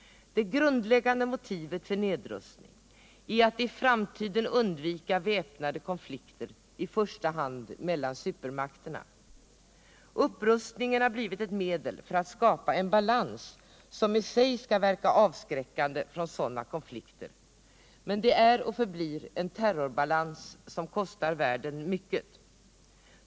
Det grundläggande motivet för nedrustning är att i framtiden undvika väpnade konflikter i första hand mellan supermakterna. Upprustningen har blivit ett medel för att skapa en balans, som i sig skall verka avskräckande från sådana konflikter, men det är och förblir en terrorbalans som kostar världen mycket.